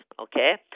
okay